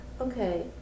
Okay